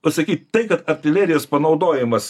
pasakyt tai kad artilerijas panaudojimas